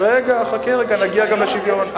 נגיע גם לשוויון.